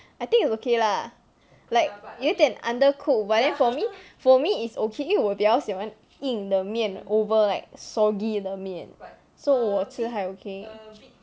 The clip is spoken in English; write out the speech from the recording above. I think it's okay lah like 有一点 undercooked but then for me for me it's okay 因为我比较喜欢硬的面 over like soggy 的面 so 我吃还 okay